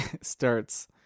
starts